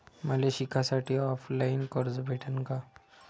मले शिकासाठी ऑफलाईन कर्ज भेटन का?